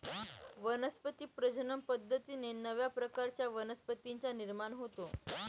वनस्पती प्रजनन पद्धतीने नव्या प्रकारच्या वनस्पतींचा निर्माण होतो